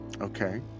Okay